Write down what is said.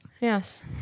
Yes